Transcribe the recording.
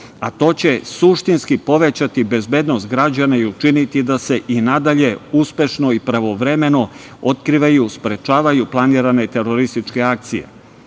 a to će suštinski povećati bezbednost građana i učiniti da se i nadalje uspešno i pravovremeno otkrivaju i sprečavaju planirane terorističke akcije.U